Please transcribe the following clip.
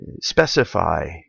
specify